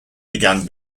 began